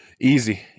Easy